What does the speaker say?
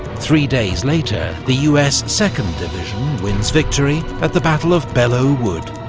three days later the us second division wins victory at the battle of belleau wood.